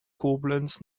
koblenz